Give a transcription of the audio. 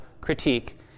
critique